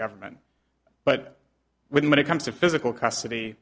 government but when it comes to physical custody